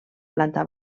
planta